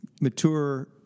mature